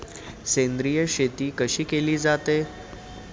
सेंद्रिय शेती कशी केली जाते?